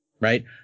right